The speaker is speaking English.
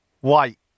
White